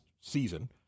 season